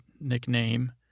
nickname